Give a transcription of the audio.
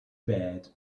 bad